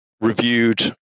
reviewed